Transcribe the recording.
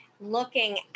looking